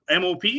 mop